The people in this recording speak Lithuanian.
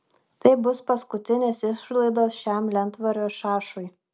tai bus paskutinės išlaidos šiam lentvario šašui